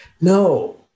No